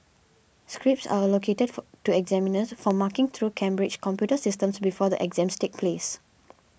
scripts are allocated to examiners for marking through Cambridge's computer systems before the exams take place